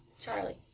Charlie